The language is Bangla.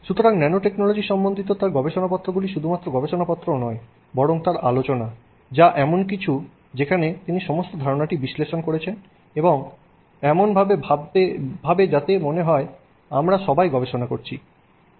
সুতরাং ন্যানোটেকনোলজি সম্বন্ধিত তাঁর গবেষণাপত্র গুলি শুধুমাত্র গবেষণাপত্র নয় বরং তার আলোচনা যা এমন কিছু যেখানে তিনি সমস্ত ধারণাটি বিশ্লেষণ করছেন এমন ভাবে যাতে মনে হয় আমরা সবাই গবেষণা করছি